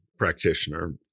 practitioner